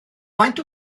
faint